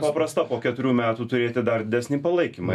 paprasta po keturių metų turėti dar didesnį palaikymą